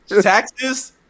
taxes